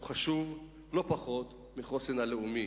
חשוב לא פחות מהחוסן הלאומי,